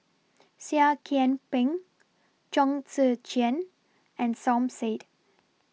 Seah Kian Peng Chong Tze Chien and Som Said